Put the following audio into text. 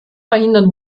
verhindern